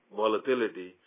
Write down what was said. volatility